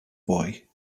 boy